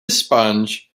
sponge